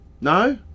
No